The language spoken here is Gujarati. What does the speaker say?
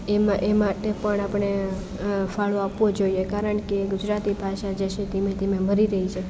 એ મા એ માટે પણ આપણે ફાળો આપવો જોઈએ કારણ કે ગુજરાતી ભાષા જે છે ધીમે ધીમે મરી રહી છે